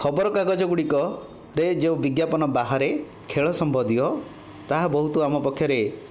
ଖବରକାଗଜ ଗୁଡ଼ିକ ରେ ଯେଉଁ ବିଜ୍ଞାପନ ବାହାରେ ଖେଳ ସମ୍ବଧୀୟ ତାହା ବହୁତ ଆମ ପକ୍ଷରେ